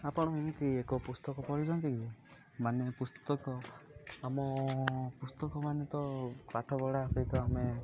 ଆପଣ ଏମିତି ଏକ ପୁସ୍ତକ ପଢ଼ିଛନ୍ତି କି ମାନେ ପୁସ୍ତକ ଆମ ପୁସ୍ତକ ମାନେ ତ ପାଠ ପଢ଼ା ସହିତ ଆମେ